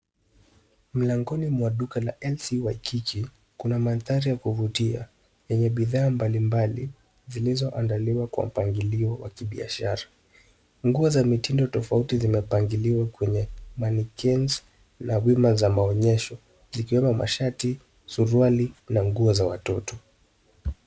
Mlangoni mwa duka la LC Waikiki kuna mandhari ya kuvutia yenye bidhaa mbalimbali zilizoandaliwa kwa mpangilio wa kibiashara. Nguo za mitindo tofauti zimepangiliwa kwenye mannequins la wima za maonyesho zikiwemo mashati, suruali na nguo za watoto.